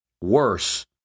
Worse